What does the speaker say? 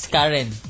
Karen